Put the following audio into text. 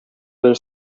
their